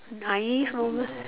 naive moment